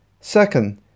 Second